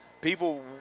people